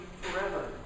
forever